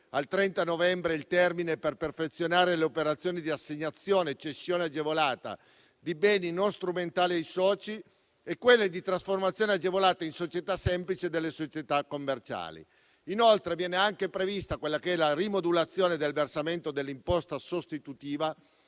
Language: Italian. al 30 novembre il termine per perfezionare le operazioni di assegnazione e cessione agevolata di beni non strumentali ai soci e quelle di trasformazione agevolata in società semplice delle società commerciali. Inoltre, viene anche prevista la rimodulazione del versamento dell’imposta sostitutiva,